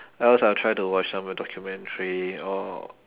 else I'll try to watch some documentary or